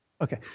Okay